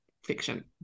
fiction